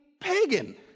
pagan